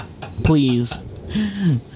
Please